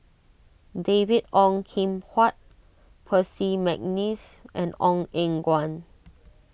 David Ong Kim Huat Percy McNeice and Ong Eng Guan